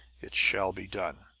it shall be done!